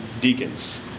deacons